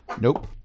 nope